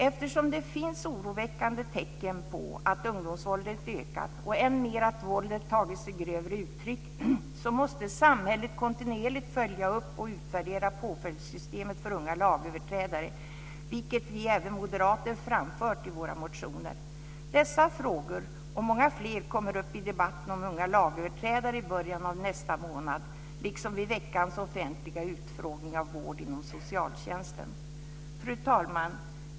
Eftersom det finns oroväckande tecken på att ungdomsvåldet ökat och än mer på att våldet tagit sig grövre uttryck, måste samhället kontinuerligt följa upp och utvärdera påföljdssystemet för unga lagöverträdare, vilket även vi moderater framfört i våra motioner. Dessa frågor och många fler kommer upp i debatten om unga lagöverträdare i början av nästa månad, liksom vid veckans offentliga utfrågning om vård inom socialtjänsten. Fru talman!